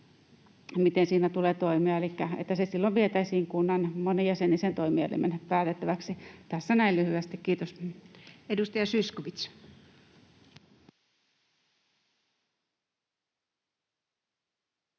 miten siinä tulee toimia, elikkä että se silloin vietäisiin kunnan monijäsenisen toimielimen päätettäväksi. Tässä näin lyhyesti. — Kiitos. [Speech